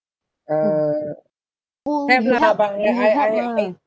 uh time lah but I I and